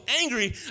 angry